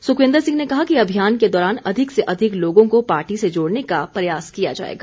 सुखविन्दर सिंह ने कहा कि अभियान के दौरान अधिक से अधिक लोगों को पार्टी से जोड़ने का प्रयोस किया जाएगा